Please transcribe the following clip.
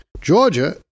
Georgia